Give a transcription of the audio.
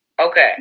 Okay